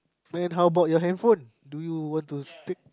then how about your handphone do you want to take